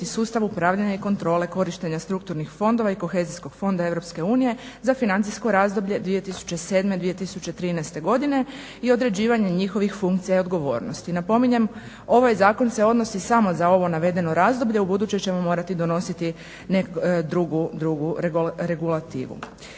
sustav upravljanja i kontrole korištenja strukturnih fondova i kohezijskog fonda Europske unije za financijsko razdoblje 2007., 2013. godine i određivanje njihovih funkcija i odgovornosti. Napominjem, ovaj zakon se odnosi samo za ovo navedeno razdoblje. U buduće ćemo morati donositi drugu regulativu.